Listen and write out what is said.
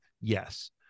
Yes